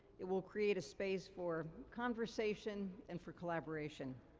it will create a space for conversation and for collaboration.